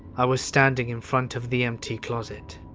i was standing in front of the empty closet.